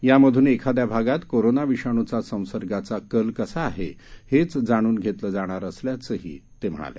यामधून एखाद्या भागात कोरोना विषाणूचा संसर्गाचा कल कसा आहे हेच जाणून घेतले जाणार असल्याचे ते म्हणाले